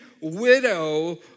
widow